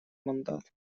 мандат